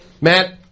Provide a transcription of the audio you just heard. Matt